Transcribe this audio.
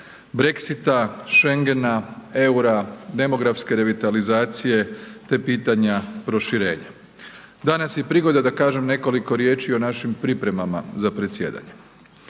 Brexita, Shengena, eura, demografske revitalizacije, te pitanja proširenja. Danas je prigoda da kažem nekoliko riječi i o našim pripremama za predsjedanje.